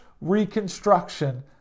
reconstruction